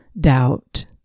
doubt